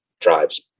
drives